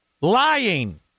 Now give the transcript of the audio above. lying